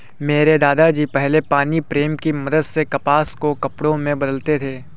मेरे दादा जी पहले पानी प्रेम की मदद से कपास को कपड़े में बदलते थे